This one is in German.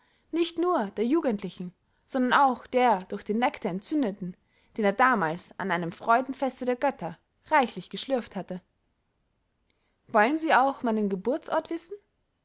nicht nur der jugendlichen sondern auch der durch den nektar entzündeten den er damals an einem freudenfeste der götter reichlich geschlürft hatte wollen sie auch meinen geburtsort wissen